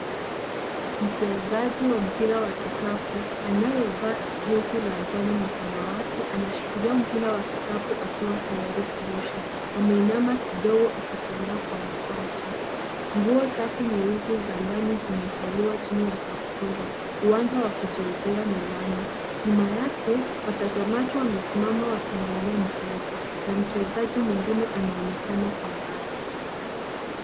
Mchezaji wa mpira wa kikapu anayevaa jezi la njano na samawati anashikilia mpira wa kikapu akiwa tayari kurusha. Ameinama kidogo akijiandaa kwa mkwaju. Nguo zake nyeusi za ndani zimevaliwa chini ya kaptula. Uwanja wa kuchezea ni lami; nyuma yake watazamaji wamesimama wakiangalia mchezo na mchezaji mwingine anaonekana kwa mbali.